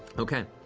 okay.